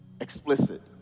Explicit